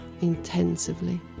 intensively